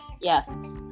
Yes